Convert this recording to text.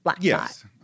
Yes